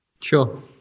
Sure